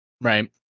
Right